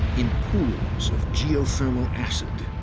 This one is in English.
in pools of geothermal acid,